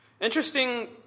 Interesting